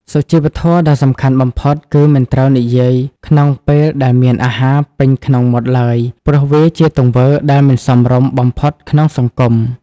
សុជីវធម៌ដ៏សំខាន់បំផុតគឺមិនត្រូវនិយាយក្នុងពេលដែលមានអាហារពេញក្នុងមាត់ឡើយ ព្រោះវាជាទង្វើដែលមិនសមរម្យបំផុតក្នុងសង្គម។